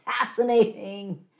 fascinating